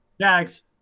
Jags